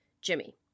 Jimmy